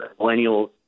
millennials